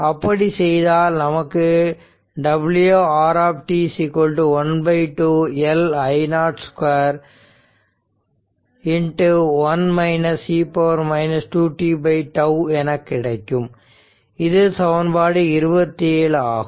அப்படி செய்தால் நமக்கு w R ½ L I0 2 1 e 2 t τ என கிடைக்கும் இது சமன்பாடு 27 ஆகும்